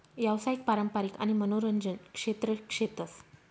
यावसायिक, पारंपारिक आणि मनोरंजन क्षेत्र शेतस